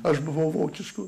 aš buvau vokišku